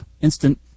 instant